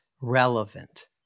relevant